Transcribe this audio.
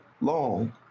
long